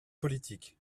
politique